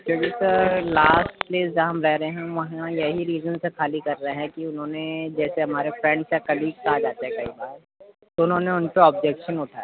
کیونکہ sir last میں جہاں ہم رہ رہے ہیں ہم وہاں یہی ریزن سے خالی کر رہے ہیں کہ اُنہوں نے جیسے ہمارے فرینڈس یا کلیگس آ جاتے کئی بار تو اُنہوں نے اُن کا آبجیکشن اُٹھایا تھا